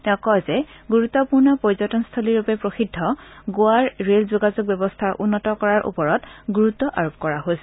তেওঁ কয় যে গুৰুত্বপূৰ্ণ পৰ্যটনস্থলীৰূপে প্ৰসিদ্ধ গোৱাৰ ৰে'ল যোগাযোগ ব্যৱস্থা উন্নত কৰাৰ ওপৰত গুৰুত্ব আৰোপ কৰা হৈছে